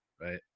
right